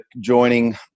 joining